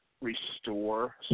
restore